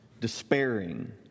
despairing